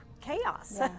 chaos